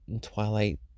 Twilight